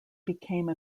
became